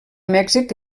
mèxic